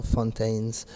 Fontaine's